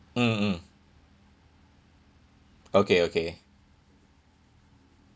mm mm okay okay